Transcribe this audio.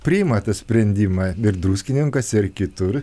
priima tą sprendimą ir druskininkuose ir kitur